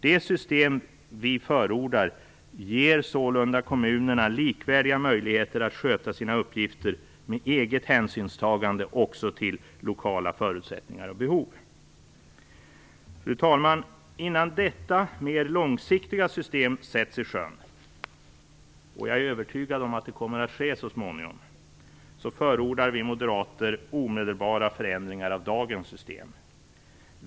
Det system vi förordar ger sålunda kommunerna likvärdiga möjligheter att sköta sina uppgifter med eget hänsynstagande också till lokala förutsättningar och behov. Fru talman! Innan detta mer långsiktiga system sätts i sjön - och jag är övertygad om att det kommer att ske så småningom - förordar vi moderater omedelbara förändringar av dagens system.